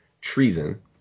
Treason